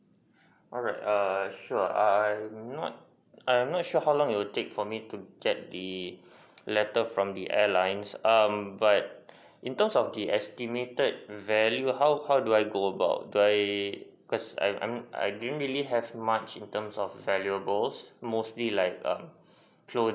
alright err sure I'm not I'm not sure how long it will take for me to get the letter from the airlines um but in terms of the estimated value how how do I go about do I because I'm I don't really have much in terms of valuables mostly like um clothing